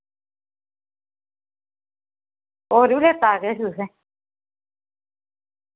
और बी लैता किश तुसें